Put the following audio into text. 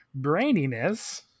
braininess